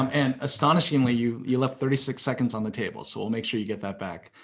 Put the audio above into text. and, astonishingly, you you left thirty six seconds on the table, so we'll make sure you get that back.